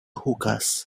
hookahs